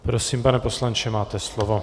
Prosím, pane poslanče, máte slovo.